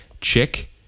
chick